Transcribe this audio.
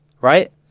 right